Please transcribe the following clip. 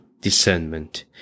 discernment